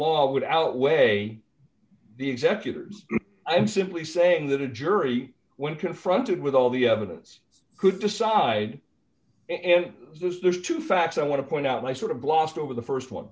law would outweigh the executors i'm simply saying that a jury when confronted with all the evidence could decide this there's two facts i want to point out and i sort of glossed over the